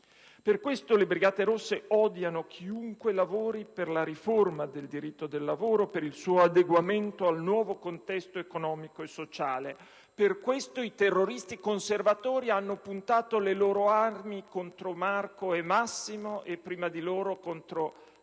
Le Brigate rosse odiano chiunque lavori per la riforma del diritto del lavoro e per il suo adeguamento al nuovo contesto economico e sociale. Per questo i terroristi conservatori hanno puntato le loro armi contro Marco e Massimo e, prima di loro, contro Tarantelli,